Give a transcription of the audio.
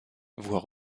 voir